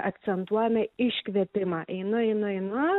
akcentuojame iškvėpimą einu einu einu